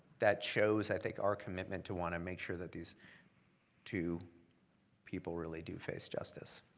that shows, i think, our commitment to want to make sure that these two people really do face justice.